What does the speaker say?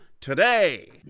today